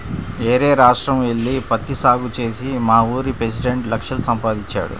యేరే రాష్ట్రం యెల్లి పత్తి సాగు చేసి మావూరి పెసిడెంట్ లక్షలు సంపాదించాడు